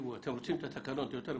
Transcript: אתם רוצים את התקנות יותר ממני.